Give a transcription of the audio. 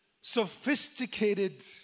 sophisticated